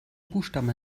buchstaben